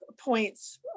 points